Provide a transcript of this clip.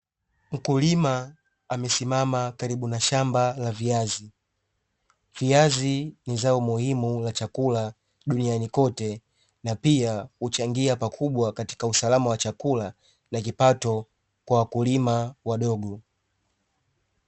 Mkulima amesimama karibu na shamba la viazi, viazi ni zao muhimu la chakula duniani kote na pia huchangia pakubwa katika usalama wa chakula na kipato kwa wakulima wadogo.